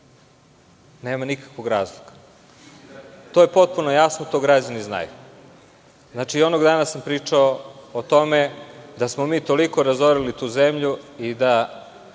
Nema nikakvog razloga. To je potpuno jasno, to građani znaju. Znači i onog dana sam pričao o tome da smo mi toliko razorili tu zemlju i da